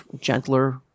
gentler